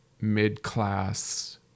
mid-class